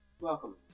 Welcome